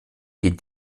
den